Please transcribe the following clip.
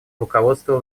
руководства